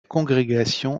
congrégation